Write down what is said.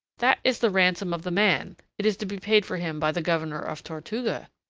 that is the ransom of the man it is to be paid for him by the governor of tortuga.